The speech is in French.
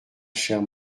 chère